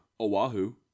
Oahu